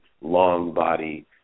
long-body